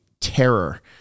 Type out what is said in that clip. terror